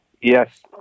Yes